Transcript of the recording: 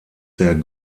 der